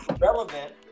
relevant